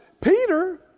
Peter